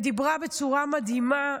ודיברה בצורה מדהימה,